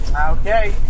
Okay